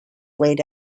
laid